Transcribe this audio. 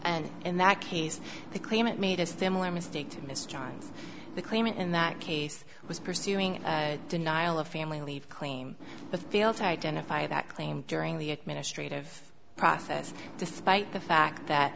and in that case the claimant made a similar mistake to mr johns the claimant in that case was pursuing denial of family leave claim the field identify that claim during the administrative process despite the fact that